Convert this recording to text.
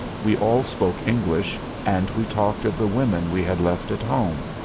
we all spoke english, and we talked of the women we had left at home.